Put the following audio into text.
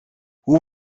hoe